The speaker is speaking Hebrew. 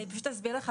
אני פשוט אסביר לך.